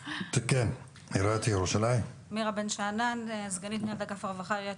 חלוקת התפקידים בתוך הסיפור הזה ברורה באירועי